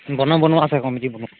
বনাোৱা বনোৱা আছে কমিটি বনোৱা আছে